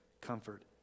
comfort